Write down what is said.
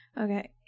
Okay